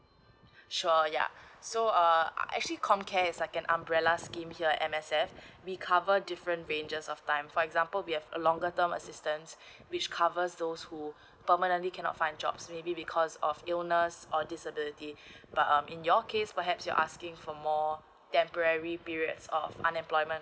sure ya so uh actually com care is like an umbrella scheme here in M_S_F we cover different ranges of time for example we have a longer term assistance which covers those who permanently cannot find jobs maybe because of illness or disability but um in your case perhaps you're asking for more temporary periods of unemployment